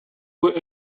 were